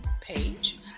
page